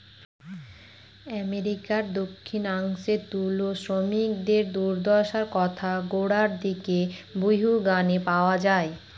আমেরিকার দক্ষিনাংশে তুলা শ্রমিকদের দূর্দশার কথা গোড়ার দিকের বহু গানে পাওয়া যায়